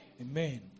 Amen